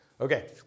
Okay